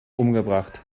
umgebracht